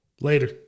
Later